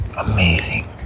amazing